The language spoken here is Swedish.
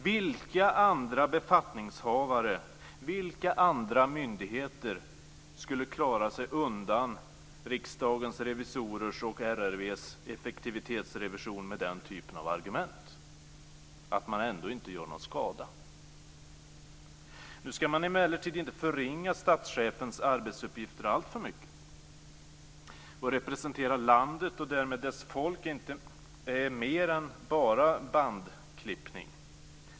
Vilka andra befattningshavare och myndigheter skulle klara sig undan Riksdagens revisorers och RRV:s effektivitetsrevision med den typen av argument, att man ändå inte gör någon skada? Nu ska man emellertid inte förringa statschefens arbetsuppgifter alltför mycket. Att representera landet och därmed dess folk är mer än bara bandklippning.